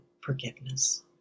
forgiveness